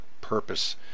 purpose